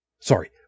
sorry